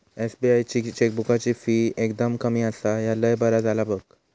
SBI ची चेकबुकाची fee एकदम कमी आसा, ह्या लय बरा झाला बघ